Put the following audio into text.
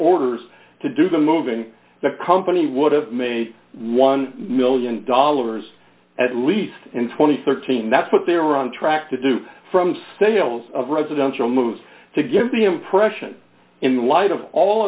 orders to do the moving the company would have made one million dollars at least in two thousand and thirteen that's what they are on track to do from sales of residential move to give the impression in light of all